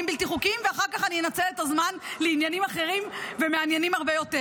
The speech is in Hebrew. בלתי חוקיים ואחר כך אנצל את הזמן לעניינים אחרים ומעניינים הרבה יותר.